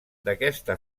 d’aquesta